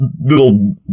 little